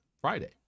Friday